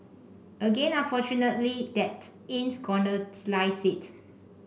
again unfortunately that ain't gonna slice it